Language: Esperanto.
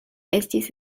estis